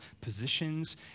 positions